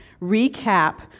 recap